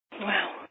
Wow